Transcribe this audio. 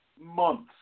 months